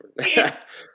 Yes